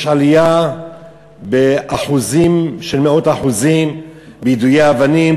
עלייה של מאות אחוזים ביידויי אבנים,